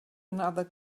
another